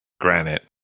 granite